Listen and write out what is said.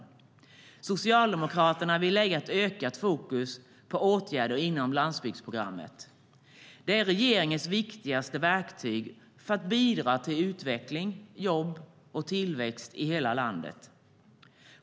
Socialdemokraterna vill lägga ett ökat fokus på åtgärder inom landsbygdsprogrammet. Det är regeringens viktigaste verktyg för att bidra till utveckling, jobb och tillväxt i hela landet.